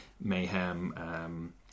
Mayhem